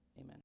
Amen